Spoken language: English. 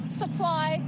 supply